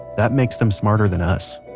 that makes them smarter than us.